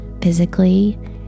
physically